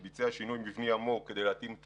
הוא ביצע שינוי מבני עמוק כדי להתאים את